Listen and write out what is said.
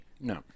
no